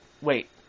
wait